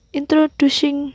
introducing